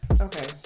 okay